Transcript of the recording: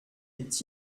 est